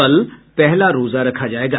कल पहला रोजा रखा जायेगा